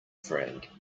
friend